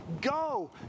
go